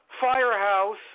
firehouse